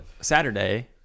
Saturday